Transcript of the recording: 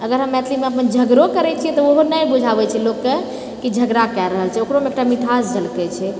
अगर हम मैथिलीमे झगड़ो करै छियै तऽ ओहो नहि बुझाबै छै लोगके कि झगड़ा कए रहल छै ओकरोमे एकटा मिठास झलकै छै